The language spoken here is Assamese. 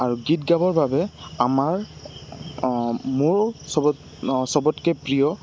আৰু গীত গাবৰ বাবে আমাৰ মোৰ চবত চবতকে প্ৰিয়